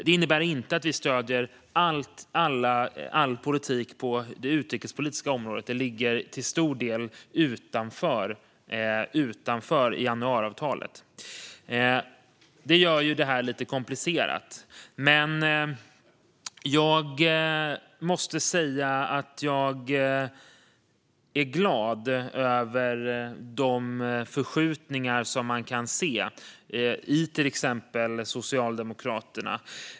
Det innebär inte att vi stöder all politik på det utrikespolitiska området, som till stor del ligger utanför januariavtalet. Det gör detta lite komplicerat, men jag måste säga att jag är glad över de förskjutningar som man kan se hos exempelvis Socialdemokraterna.